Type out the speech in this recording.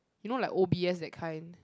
you know like o_b_s that kind